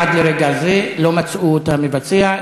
עד לרגע זה לא מצאו את המבצע.